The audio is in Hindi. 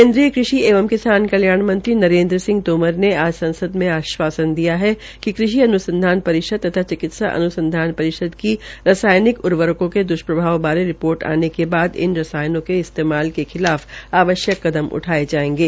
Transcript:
केन्द्रीय कृषि एवं किसान कल्याण मंत्री नरेन्द्र सिंह तोमर ने आज संसद में आश्वासन दिया है कि कृषि अन्संधान परिषद तथा चिकित्सा अन्संधान परिषद की रसायनिक उर्वरकों के खराब असर बारे रिपोर्ट आने के बाद इन रसायनों के इस्तेमाल के खिलाफ आवश्यक काम उठाये जायेंगे